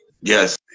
Yes